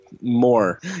More